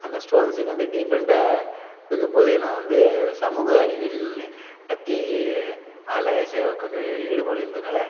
அந்த ஸ்டோன்ஸுக்கு வந்து டிஃப்ரெண்ட்டாக கொடுக்கும்போது நான் வந்து சமூக அறிவியல் பற்றி அதில் ச கொஞ்சம் ஈடுபாடு இருந்ததினால